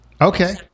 Okay